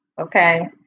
Okay